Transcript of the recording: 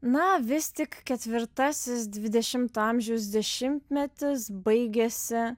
na vis tik ketvirtasis dvidešimto amžiaus dešimtmetis baigėsi